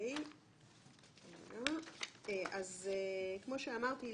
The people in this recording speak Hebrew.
כמו שאמרתי,